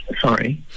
Sorry